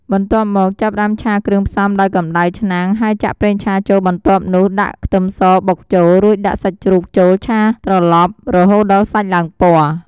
បន្ទាប់មក ចាប់ផ្តើមឆាគ្រឿងផ្សំដោយកំដៅឆ្នាំង ហើយចាក់ប្រេងឆាចូល បន្ទាប់នោះដាក់ខ្ទឹមសបុកចូល រួចដាក់សាច់ជ្រូកចូលឆាត្រឡប់រហូតដល់សាច់ឡើងពណ៌។